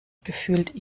gefühlt